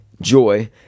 joy